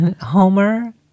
Homer